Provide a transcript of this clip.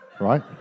right